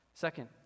Second